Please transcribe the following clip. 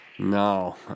No